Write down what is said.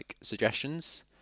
suggestions